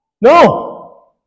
No